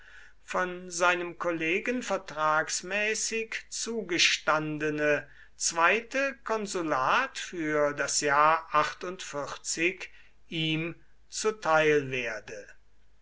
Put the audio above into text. von seinem kollegen vertragsmäßig zugestandene zweite konsulat für das jahr ihm zuteil werde